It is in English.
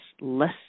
less